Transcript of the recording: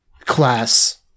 class